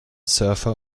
surfer